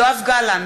אינו נוכח